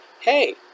hey